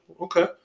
okay